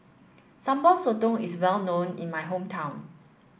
Sambal Sotong is well known in my hometown